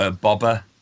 Bobber